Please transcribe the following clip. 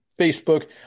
Facebook